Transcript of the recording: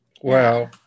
Wow